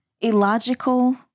illogical